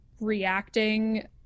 reacting